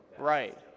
Right